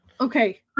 Okay